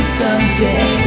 someday